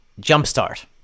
Jumpstart